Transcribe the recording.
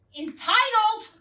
entitled